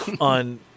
on